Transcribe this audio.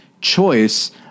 choice